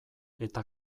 eta